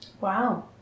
Wow